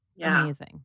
Amazing